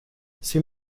sieh